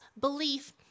belief